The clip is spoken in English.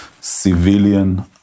civilian